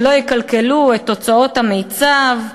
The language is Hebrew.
שלא יקלקלו את תוצאות המיצ"ב,